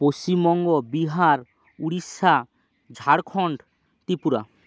Paschimbanga Bihar Odisha Jharkhand Tripura